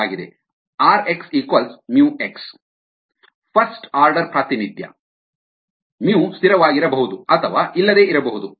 rxμx first order ಪ್ರಾತಿನಿಧ್ಯ μ ಸ್ಥಿರವಾಗಿರಬಹುದು ಅಥವಾ ಇಲ್ಲದೇ ಇರಬಹುದು